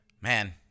Man